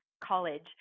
college